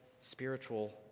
spiritual